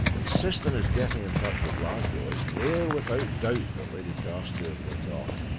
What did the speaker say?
insist on his getting in touch with glasgow it's there, without doubt, that lady carstairs went off,